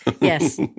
Yes